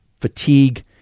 fatigue